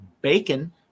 Bacon